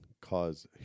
cause